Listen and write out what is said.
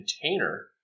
container